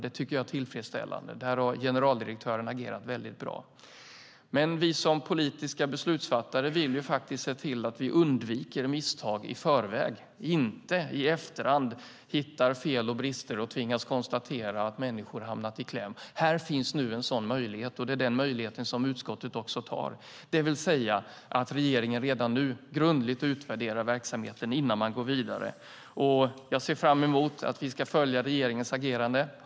Det tycker jag är tillfredsställande. Där har generaldirektören agerat väldigt bra. Vi politiska beslutsfattare vill dock se till att vi undviker misstag i förväg i stället för att hitta fel och brister i efterhand och tvingas konstatera att människor hamnat i kläm. Här finns nu en sådan möjlighet, och det är den möjligheten som utskottet också tar, det vill säga att regeringen redan nu grundligt utvärderar verksamheten innan man går vidare. Jag ser fram emot att följa regeringens agerande.